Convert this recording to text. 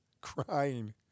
crying